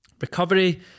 Recovery